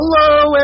Hello